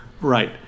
right